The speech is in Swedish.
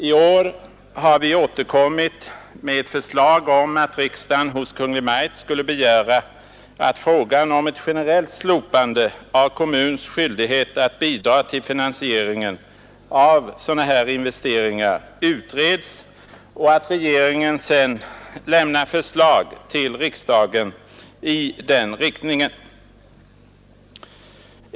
I år har vi återkommit med ett förslag om att riksdagen hos Kungl. Maj:t skulle begära att frågan om ett generellt slopande av kommuns skyldighet att bidra till finansieringen av sådana här investeringar utreds och att regeringen sedan lämnar förslag till riksdagen i detta syfte.